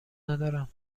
ندارم